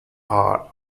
are